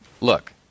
Look